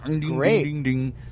great